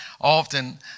often